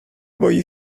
boy